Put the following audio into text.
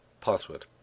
password